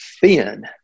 thin